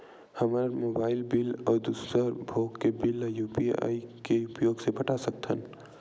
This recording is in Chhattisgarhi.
हमन मोबाइल बिल अउ दूसर भोग के बिल ला यू.पी.आई के उपयोग से पटा सकथन